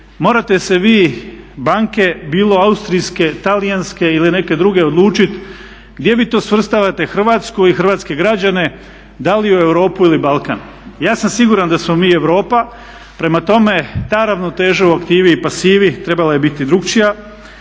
morate se vi banke bilo austrijske, talijanske ili neke druge odlučiti gdje vi to svrstavate Hrvatsku i hrvatske građane, da li u Europu ili Balkan. Ja sam siguran da smo mi Europa. Prema tome ta ravnoteža u aktivi i pasivi trebala je biti drugačija,